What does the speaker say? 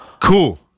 cool